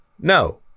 no